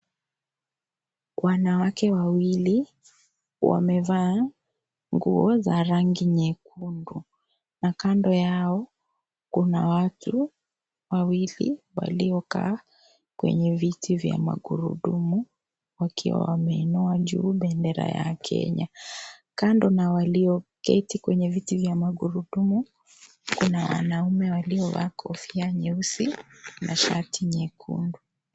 Wanawake wawili wamevaa nguo za rangi nyekundu na kando yao kuna watu wawili waliokaa kwenye viti vya magurudumu wakiwa wameinua juu bendera ya Kenya. Kando na walioketi kwenye viti vya magurudumu kuna wanaume waliovaa kofia nyeusi na shati nyekundu.